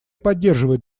поддерживает